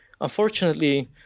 unfortunately